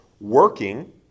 working